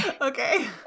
Okay